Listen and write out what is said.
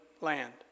land